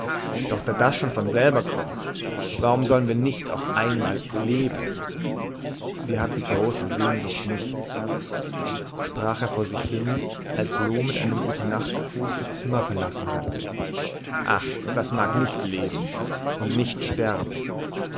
doch da das schon von selber kommt warum sollen wir nicht auch einmal leben sie hat die große sehnsucht nicht sprach er vor sich hin als loo mit einem gutenachtgruß das zimmer verlassen hatte ach das mag nicht leben und nicht sterben